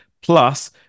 Plus